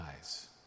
eyes